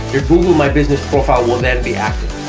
your google my business profile, will then be active.